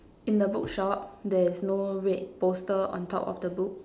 in the book shop there is no red poster on top of the book